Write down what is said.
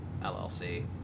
LLC